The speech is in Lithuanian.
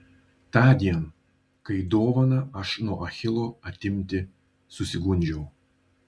tądien kai dovaną aš nuo achilo atimti susigundžiau